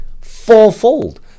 fourfold